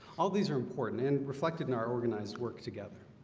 all these are important and reflected in our organized work together